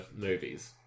movies